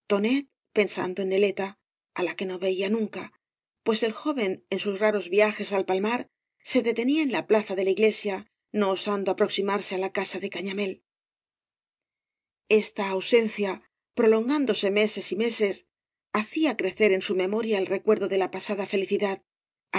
en neleta á la que no veía nunca pues el joven en sus raros viajes al palmar se detenía eo la plaza de la iglesia no osando aproximarse á la casa de cañamél esta ausencia prolongándose meses y meses hacía crecer en su memoria el recuerdo de la pasada felicidad